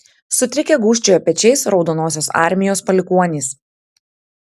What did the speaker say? sutrikę gūžčiojo pečiais raudonosios armijos palikuonys